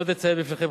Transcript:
עוד אציין בפניכם,